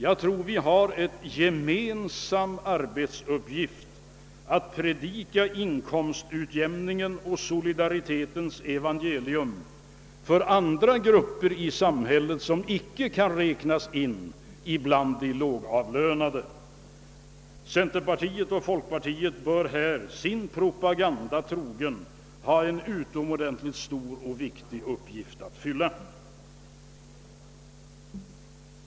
Jag tror vi har en gemensam arbetsuppgift i att predika inkomstutjämningens och solidaritetens evangelium för de grupper i samhället som icke kan räknas in bland de lågavlönade. Centerpartiet och folkpartiet bör här, sin propaganda trogna, ha en utomordentligt stor uppgift att fylla.